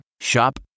Shop